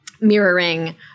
mirroring